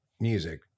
Music